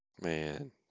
Man